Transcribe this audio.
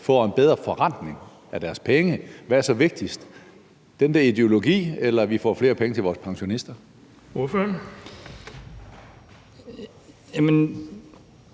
får en bedre forrentning af deres penge – hvad der så er vigtigst: Er det den der ideologi, eller at vi får flere penge til vores pensionister?